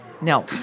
No